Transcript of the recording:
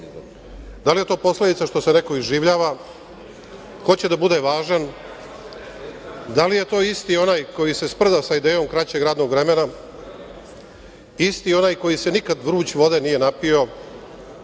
Da li je to posledica što se neko iživljava, hoće da bude važan, da li je to isti onaj koji se sprda sa idejom kraćeg radnog vremena, isti onaj koji se nikad vruć vode nije napio,